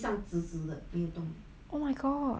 oh my gosh